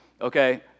Okay